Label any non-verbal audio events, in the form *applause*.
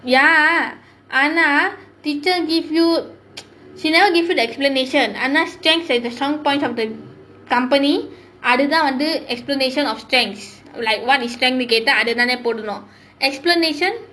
ya ஆனா:aanaa teacher give you *noise* she never give you the explanation ஆனா:aanaa strength is the strong points of the company அது தான் வந்து:athu thaan vanthu explanation of strengths like what is strength கேட்டா அது தானே போடுறோம்:kettaa athu thaanae podurom explanation